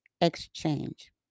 exchange